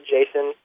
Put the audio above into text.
Jason